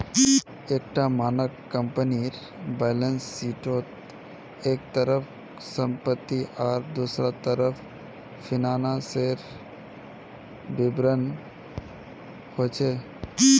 एक टा मानक कम्पनीर बैलेंस शीटोत एक तरफ सम्पति आर दुसरा तरफ फिनानासेर विवरण होचे